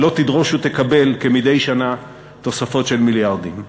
ולא תדרוש ותקבל כמדי שנה תוספות של מיליארדים.